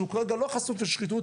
שכרגע הוא לא חשוף לשחיתות,